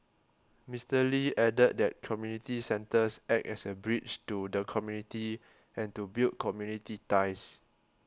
Mister Lee added that community centres act as a bridge to the community and to build community ties